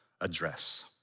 address